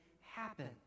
happen